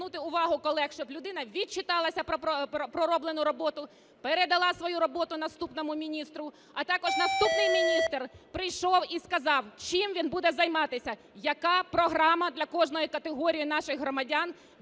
звернути увагу колег, щоб людина відчиталася про пророблену роботу, передала свою роботу наступному міністру, а також наступний міністр прийшов і сказав, чим він буде займатися, яка програма для кожної категорії наших громадян,